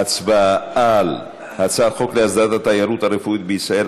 להצבעה על הצעת חוק להסדרת התיירות הרפואית בישראל,